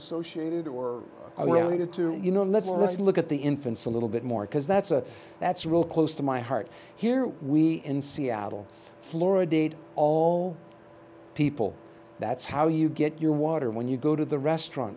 related to you know let's let's look at the infants a little bit more because that's a that's real close to my heart here we in seattle flora date all people that's how you get your water when you go to the restaurant